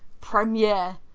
premiere